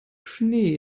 schnee